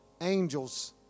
angels